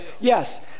Yes